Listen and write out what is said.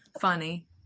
funny